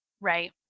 Right